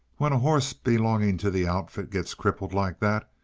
when a horse belonging to the outfit gets crippled like that,